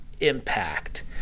impact